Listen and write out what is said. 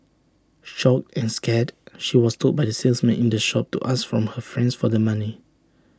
shocked and scared she was told by the salesman in the shop to ask from her friends for the money